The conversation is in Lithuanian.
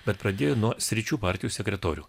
bet pradėjo nuo sričių partijos sekretorių